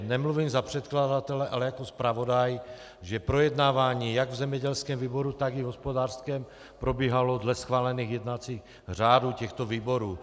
Nemluvím za předkladatele, ale jako zpravodaj, že projednávání jak v zemědělském výboru, tak i v hospodářském probíhalo dle schválených jednacích řádů těchto výborů.